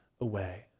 away